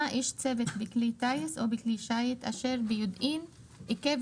איש צוות בכלי טיס או בכלי שיט אשר ביודעין עיכב